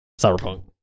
cyberpunk